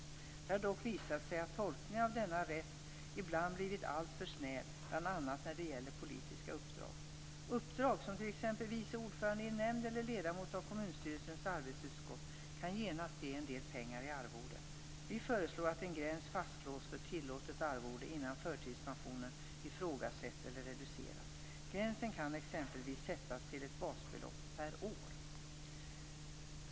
Det har dock visat sig att tolkningen av denna rätt ibland blivit alltför snäv, bl.a. när det gäller politiska uppdrag. Uppdrag som t.ex. vice ordförande i en nämnd eller ledamot av kommunstyrelsens arbetsutskott kan genast ge en del pengar i arvode. Vi föreslår att en gräns fastslås för tillåtet arvode innan förtidspensionen ifrågasätts eller reduceras. Gränsen kan exempelvis sättas till ett basbelopp per år.